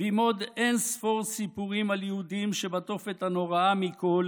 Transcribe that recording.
ועם עוד אין-ספור סיפורים על יהודים שבתופת הנוראה מכול